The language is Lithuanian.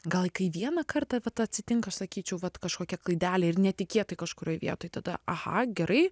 gal kai vieną kartą vat atsitinka sakyčiau vat kažkokia klaidelė ir netikėtai kažkurioj vietoj tada aha gerai